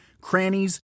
crannies